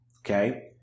Okay